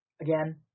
again